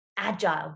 agile